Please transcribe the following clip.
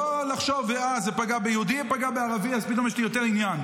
לא לחשוב אם זה פגע ביהודי או פגע בערבי ואז פתאום יש לי יותר עניין.